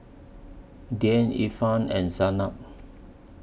Dian Irfan and Zaynab